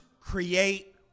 create